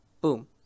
boom